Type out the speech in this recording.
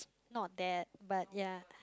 not that but ya